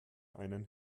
einen